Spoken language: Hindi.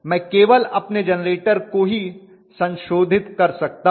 मैं केवल अपने जेनरेटर को ही संशोधित कर सकता हूँ